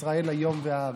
ישראל היום והארץ.